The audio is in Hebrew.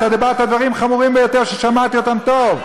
דיברת דברים חמורים ביותר, ששמעתי אותם טוב.